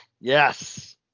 Yes